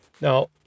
Now